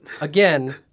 again